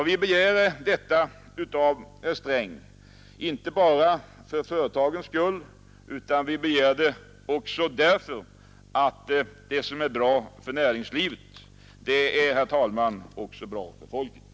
Vi begär detta av herr Sträng inte bara för företagens skull, utan även därför att det som är bra för näringslivet också, herr talman, är bra för folket.